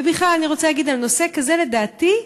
ובכלל, אני רוצה להגיד שעל נושא כזה, לדעתי,